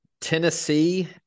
Tennessee